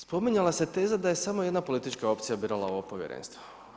Spominjala se teza da je samo jedna politička opcija birala ovo povjerenstvo.